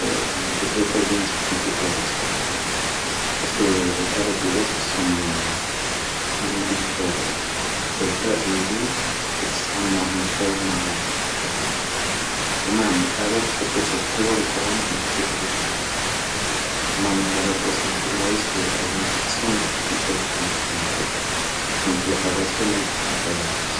جو بريفار بيان نتحكم في الالات خير, بارسكو الالات ديجا تحسهم عندهم هداك الذكاء اللي تقد تتعامل معاهم خير م الحيوانات, مام الالات تقدر توصل لقوة الي الحيوانات ما يقدروش يوصلولها, و مام الالات واصلين لشي بلايص لي الحيوانات ما يقدوش أصلا يدخلولهم, دونك نتحكم في الالات خير من اللي نتحكم في الحيوانات